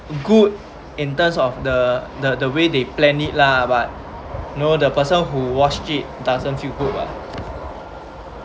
good in terms of the the the way they planned it lah but you know the person who watch it doesn't feel good lah